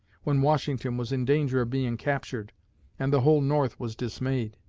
when washington was in danger of being captured and the whole north was dismayed.